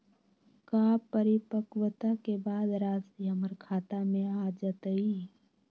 का परिपक्वता के बाद राशि हमर खाता में आ जतई?